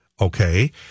okay